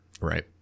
Right